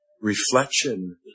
reflection